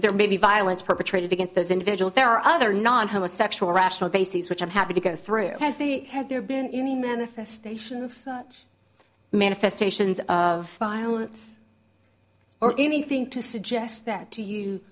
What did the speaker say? there may be violence perpetrated against those individuals there are other non homosexual rational bases which i'm happy to go through have there been any manifestation of such manifestations of violence or anything to suggest that to you